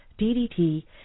DDT